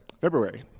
February